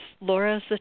Laura's